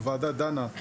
הוועדה דנה,